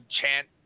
chant